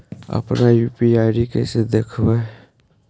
अपन यु.पी.आई कैसे देखबै?